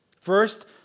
First